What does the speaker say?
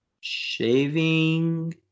shaving